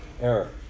error